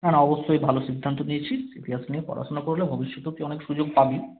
না না অবশ্যই ভালো সিদ্ধান্ত নিয়েছিস ইতিহাস নিয়ে পড়াশোনা করলে ভবিষ্যতেও তুই অনেক সুযোগ পাবি